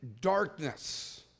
darkness